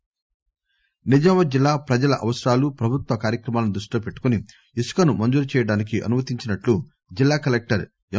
sand Nizamabad జిల్లా ప్రజల అవసరాలుప్రభుత్వ కార్యక్రమాలను దృష్టిలో పెట్టుకొని ఇసుకను మంజురు చేయడానికి అనుమతించినట్లు జిల్లా కలెక్షర్ ఎం